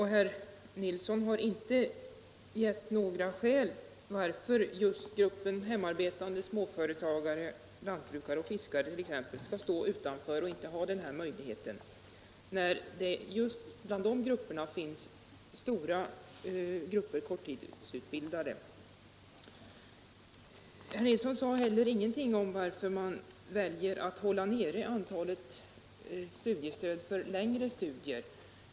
Herr Nilsson har inte givit några skäl för att t.ex. kategorierna hemarbetande, småföretagare, lantbrukare och fiskare skall stå utanför denna möjlighet, trots att det just bland dessa grupper finns ett stort antal korttidsutbildade. Herr Nilsson sade heller ingenting om varför man väljer att hålla nere antalet studiestödsrum för längre studier.